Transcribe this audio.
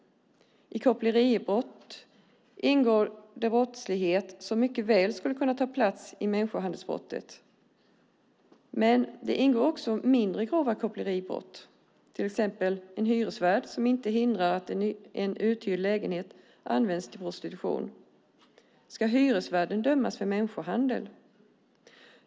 I koppleribrott ingår brottslighet som mycket väl skulle kunna ta plats i människohandelsbrottet, men det ingår också mindre grova koppleribrott. Ett exempel är en hyresvärd som inte hindrar att en uthyrd lägenhet används för prostitution. Ska hyresvärden dömas för människohandel?